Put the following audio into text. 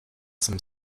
some